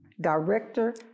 Director